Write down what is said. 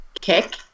kick